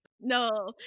No